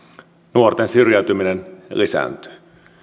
nuorten syrjäytyminen lisääntyy